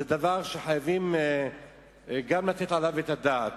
גם זה דבר שחייבים לתת עליו את הדעת.